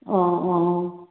অঁ অঁ